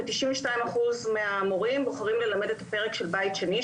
ו-92% מהמורים בוחרים ללמד את הפרק של בית שני,